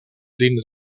dins